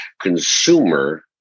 consumer